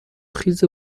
خیز